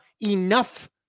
enough